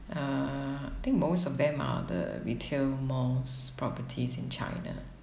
uh I think most of them are the retail malls properties in China